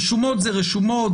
רשומות זה רשומות,